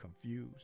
confused